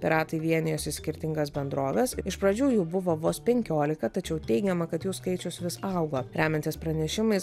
piratai vienijosi į skirtingas bendroves iš pradžių jų buvo vos penkiolika tačiau teigiama kad jų skaičius vis auga remiantis pranešimais